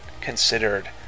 considered